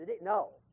No